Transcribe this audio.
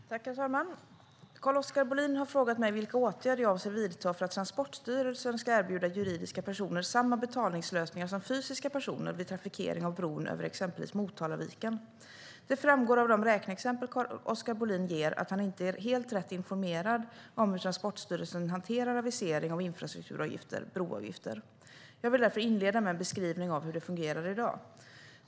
Herr talman! Carl-Oskar Bohlin har frågat mig vilka åtgärder jag avser att vidta för att Transportstyrelsen ska erbjuda juridiska personer samma betalningslösningar som fysiska personer vid trafikering av bron över exempelvis Motalaviken. Det framgår av de räkneexempel Carl-Oskar Bohlin ger att han inte är helt rätt informerad om hur Transportstyrelsen hanterar avisering av infrastrukturavgifter eller broavgifter. Jag vill därför inleda med en beskrivning av hur det fungerar i dag.